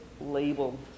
label